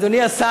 אדוני השר,